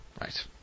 Right